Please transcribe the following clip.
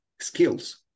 skills